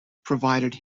provided